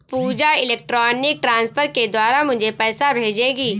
पूजा electronic transfer के द्वारा मुझें पैसा भेजेगी